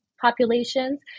populations